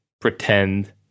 pretend